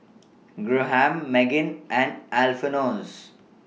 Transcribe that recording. Graham Meggan and Alfonse